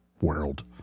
world